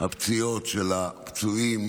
הפציעות של הפצועים